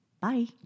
Bye